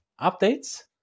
updates